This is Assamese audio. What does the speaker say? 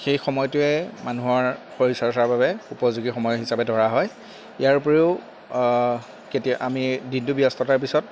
সেই সময়টোৱে মানুহৰ শৰীৰ চৰ্চাৰ বাবে উপযোগী সময় হিচাপে ধৰা হয় ইয়াৰ উপৰিও কেতিয়া আমি দিনটো ব্যস্ততাৰ পিছত